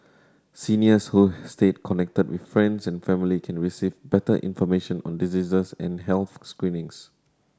seniors who stay connected with friends and family can receive better information on diseases and health screenings